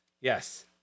Yes